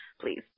please